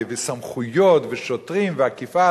וסמכויות ושוטרים ואכיפה,